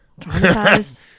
traumatized